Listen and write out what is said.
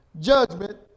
Judgment